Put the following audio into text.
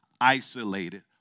isolated